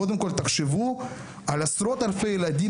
קודם כל תחשבו על עשרות אלפי הילדים